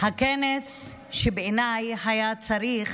הכנס שבעיניי היה צריך